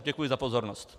Děkuji za pozornost.